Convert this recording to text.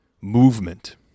Movement